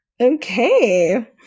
okay